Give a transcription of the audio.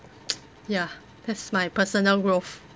ya that's my personal growth